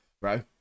bro